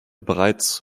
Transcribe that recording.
bereits